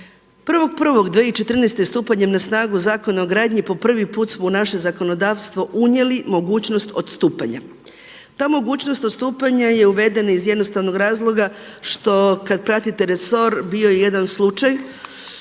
1.1.2014. stupanjem na snagu Zakona o gradnji po prvi put smo u naše zakonodavstvo unijeli mogućnost odstupanja. Ta mogućnost odstupanja je uvedena iz jednostavnog razloga što kad pratite resor bio je jedan slučaj